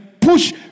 push